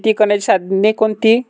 शेती करण्याची साधने कोणती?